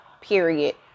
Period